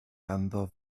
ganddo